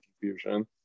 confusion